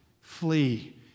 Flee